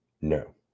No